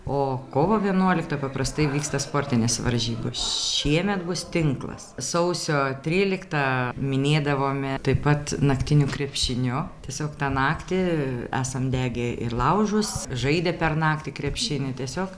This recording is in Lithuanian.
o kovo vienuoliktą paprastai vyksta sportinės varžybos šiemet bus tinklas sausio tryliktą minėdavome taip pat naktiniu krepšiniu tiesiog tą naktį esam degę ir laužus žaidę per naktį krepšinį tiesiog